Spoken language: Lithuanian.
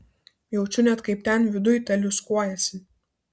jaučiu net kaip ten viduj teliūskuojasi